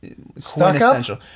quintessential